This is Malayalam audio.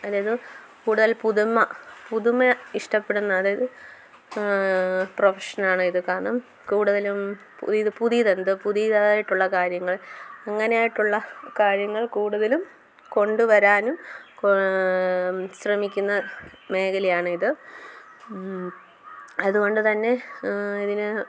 അതായത് കൂടുതൽ പുതുമ പുതുമ ഇഷ്ടപ്പെടുന്ന അതായത് പ്രൊഫഷനാണ് ഇത് കാരണം കൂടുതലും പുതിയത് പുതിയതെന്തോ പുതിയതായിട്ടുള്ള കാര്യങ്ങൾ അങ്ങനെയായിട്ടുള്ള കാര്യങ്ങൾ കൂട്തലും കൊണ്ടുവരാനും ശ്രമിക്കുന്ന മേഖലയാണ് ഇത് അതുകൊണ്ടു തന്നെ ഇതിന്